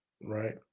Right